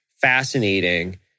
fascinating